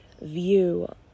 view